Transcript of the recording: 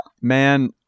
Man